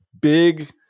big